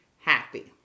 Happy